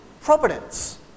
providence